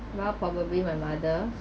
well probably my mother